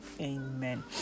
amen